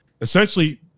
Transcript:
essentially